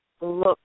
look